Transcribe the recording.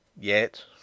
Yet